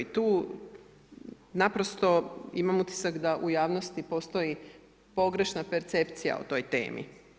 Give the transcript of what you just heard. I tu naprosto imam utisak da u javnosti postoji pogrešna percepcija o toj temi.